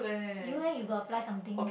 you leh you got apply something